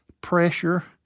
pressure